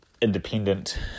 independent